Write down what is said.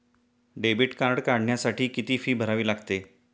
Debit card काढण्यासाठी किती fee भरावी लागते?